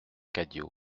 cadio